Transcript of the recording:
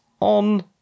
on